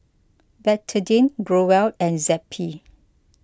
Betadine Growell and Zappy